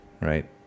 right